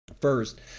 First